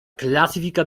classifica